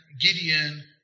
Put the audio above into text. Gideon